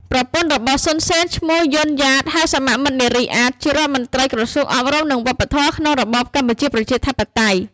ប្រពន្ធ របស់ សុន សេន ឈ្មោះ យុន យ៉ាត (ហៅសមមិត្តនារី អាត) ជារដ្ឋមន្ត្រី ក្រសួងអប់រំនិងវប្បធម៌ក្នុងរបបកម្ពុជា ប្រជាធិបតេយ្យ។